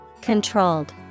Controlled